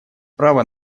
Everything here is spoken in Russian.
право